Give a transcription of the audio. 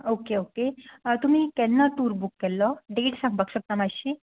okay okay तुमी केन्ना tour book केल्लो डेट सांगपाक शकता मात्शी